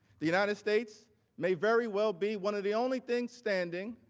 the united states may very well be one of the only thing standing